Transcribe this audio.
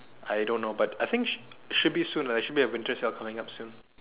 I don't know but I think sh~ should be soon should be a winter sale coming up soon